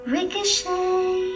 Ricochet